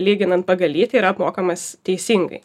lyginant pagal lytį yra apmokamas teisingai